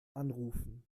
anrufen